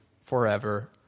forever